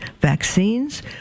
vaccines